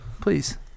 Please